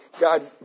God